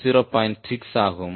6 ஆகும்